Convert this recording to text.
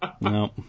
no